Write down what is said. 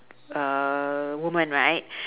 err woman right